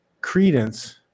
credence